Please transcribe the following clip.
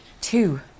Two